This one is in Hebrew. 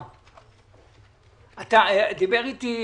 משרד הביטחון עם משרד האוצר הגיע לאיזשהו